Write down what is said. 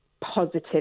positive